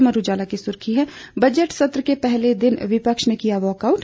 अमर उजाला की सुर्खी है बजट सत्र के पहले ही दिन विपक्ष ने किया वाकआउट